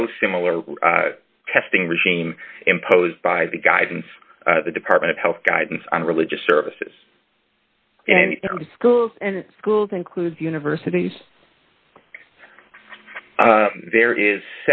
no similar testing regime imposed by the guidance the department of health guidance on religious services and schools and schools includes universities there is